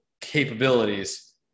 capabilities